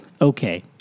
okay